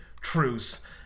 truce